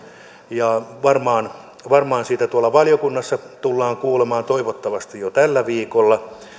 ja varmaan varmaan siitä tuolla valiokunnassa tullaan kuulemaan toivottavasti jo tällä viikolla